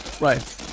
right